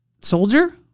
soldier